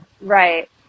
Right